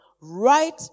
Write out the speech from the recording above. right